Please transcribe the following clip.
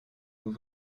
vous